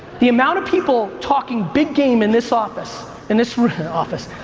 the amount of people talking big game in this office in this office,